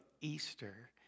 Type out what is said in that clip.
Easter